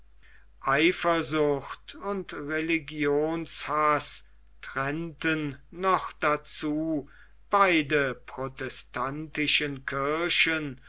eifersucht und religionshaß trennten noch dazu beide protestantische kirchen